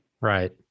Right